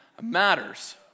matters